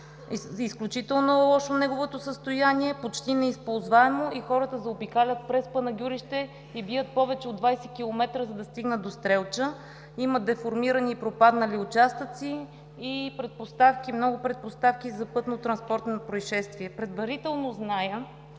Изключително лошо е неговото състояние, почти е неизползваемо и хората заобикалят през Панагюрище и бият повече от 20 км, за да стигнат до Стрелча. Има деформирани, пропаднали участъци и много предпоставки за пътнотранспортни произшествия. Предварително зная…